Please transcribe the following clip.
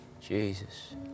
Jesus